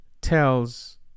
tells